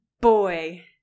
boy